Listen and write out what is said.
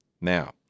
Now